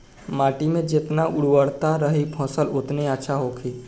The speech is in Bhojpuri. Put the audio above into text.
माटी में जेतना उर्वरता रही फसल ओतने अच्छा होखी